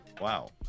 Wow